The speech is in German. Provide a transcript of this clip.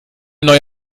neue